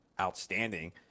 outstanding